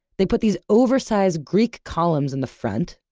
they put these oversized greek columns in the front,